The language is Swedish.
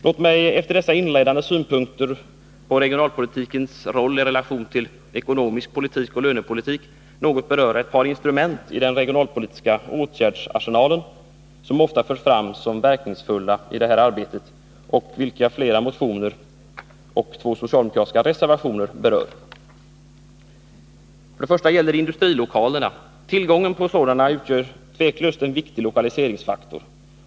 Låt mig efter dessa inledande synpunkter om regionalpolitikens roll i relation till ekonomisk politik och lönepolitik något beröra ett par instrument i den regionalpolitiska åtgärdsarsenalen som ofta förs fram som verknings fulla i detta arbete och vilka flera motioner och två socialdemokratiska reservationer berör. Tillgång till ändamålsenliga industrilokaler utgör tveklöst en viktig lokaliseringsfaktor.